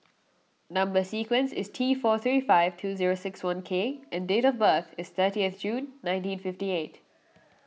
Number Sequence is T four three five two zero six one K and date of birth is thirtieth June nineteen fifty eight